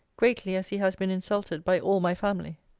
greatly as he has been insulted by all my family.